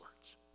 words